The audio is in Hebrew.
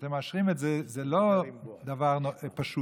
וכשאתם מאשרים את זה, זה לא דבר פשוט.